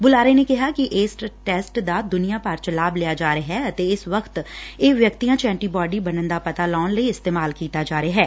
ਬੁਲਾਰੇ ਨੇ ਕਿਹੈ ਕਿ ਇਸ ਟੈਸਟ ਦਾ ਦੂਨੀਆਂ ਭਰ ਚ ਲਾਭ ਲਿਆ ਜਾ ਰਿਹੈ ਅਤੇ ਇਸ ਵਕਤ ਇਹ ਵਿਅਕਤੀਆਂ ਚ ਐਟੀਬੋਡੀ ਬਣਨ ਦਾ ਪਤਾ ਲਾਉਣ ਲਈ ਇਸਤੇਮਾਲ ਕੀਤਾ ਜਾ ਰਿਹੈ